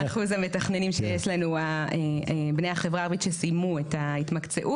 מה אחוז המתכננים שיש לנו בני החברה הערבית שסיימו את ההתמקצעות.